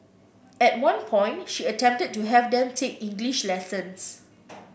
at one point she attempted to have them take English lessons